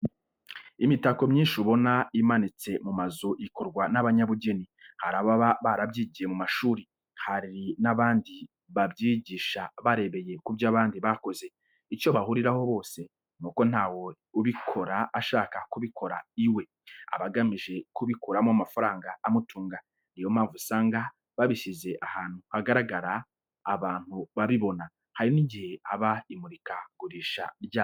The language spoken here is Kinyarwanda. Imitako myinshi ubona imanitse mu mazu ikorwa n'abanyabugeni. Hari ababa barabyigiye mu mashuri, hari n'abandi babyiyigisha barebeye ku ibyo abandi bakoze. Icyo bahuriraho bose, ni uko ntawe ubikora ashaka kubibika iwe. Aba agamije kubikuramo amafaranga amutunga. Ni yo mpamvu usanga babishyize ahantu hagaragara abantu babibona. Hari n'igihe haba imurika gurisha ryabyo.